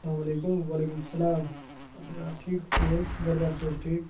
اَسَلامُ علیکُم وعلیکُم سَلام اَہَن حظ آ ٹھیٖک چھُو حظ گَرٕ بار چھِ حظ ٹھیٖک